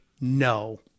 no